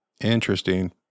Interesting